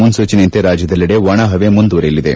ಮುನ್ನೂಚನೆಯಂತೆ ರಾಜ್ಯದಲ್ಲಡೆ ಒಣ ಹವೆ ಮುಂದುವರೆಯಲಿದೆ